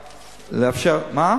מה?